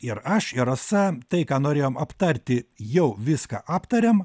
ir aš ir rasa tai ką norėjom aptarti jau viską aptarėm